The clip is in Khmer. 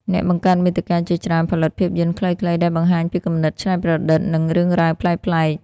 អ្នកបង្កើតមាតិកាជាច្រើនផលិតភាពយន្តខ្លីៗដែលបង្ហាញពីគំនិតច្នៃប្រឌិត និងរឿងរ៉ាវប្លែកៗ។